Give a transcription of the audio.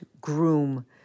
groom